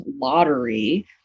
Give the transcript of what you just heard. lottery